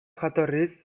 jatorriz